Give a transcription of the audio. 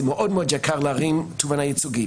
זה מאוד מאוד יקר להרים תובענה ייצוגית